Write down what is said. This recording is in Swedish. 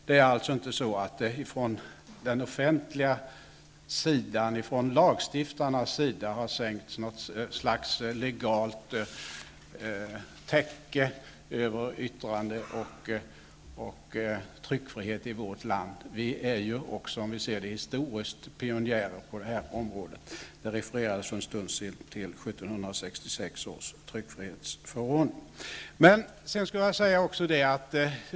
Det har alltså inte från lagstiftarnas sida sänkts något slags legalt täcke över yttrande och tryckfrihet i vårt land. Vi är också historiskt sett pionjärer på detta område. Det refererades för en stund sedan till 1766 års tryckfrihetsförordning.